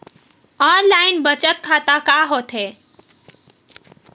Online बचत खाता का होथे?